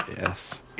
yes